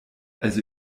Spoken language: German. also